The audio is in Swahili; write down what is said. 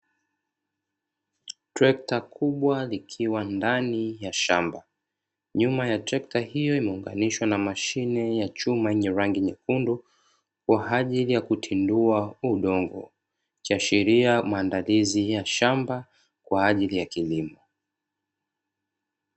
Trekta kubwa likiwa ndani ya shamba, nyuma ya trekta hiyo imeunganishwa na mashine ya chuma yenye rangi nyekundu, kwa ajili ya kutindua udongo, ikiashiria maandalizi ya shamba kwa ajili ya kilimo.